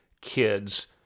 kids